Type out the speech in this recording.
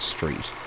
Street